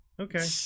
Okay